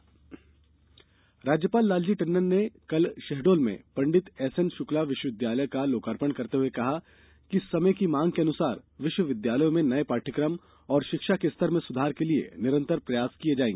राज्यपाल राज्यपाल लालजी टंडन ने कल शहडोल में पंडित एस एन शुक्ला विश्वविद्यालय का लोकार्पण करते हुए कहा कि समय की मांग के अनुसार विश्वविद्यालयों में नये पाठ्यक्रम और शिक्षा के स्तर में सुधार के लिये निरंतर प्रयास किये जायें